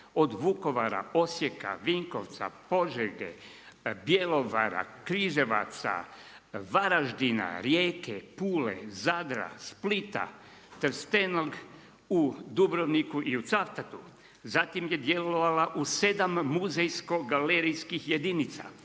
od Vukovara, Osijeka, Vinkovaca, Požege, Bjelovara, Križevaca, Varaždina, Rijeke, Pule, Zadra, Splita, Trstenom u Dubrovniku i u Cavtatu, zatim je djelovala u 7 muzejsko-galerijskih jedinica